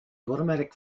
automatic